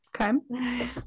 Okay